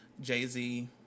Jay-Z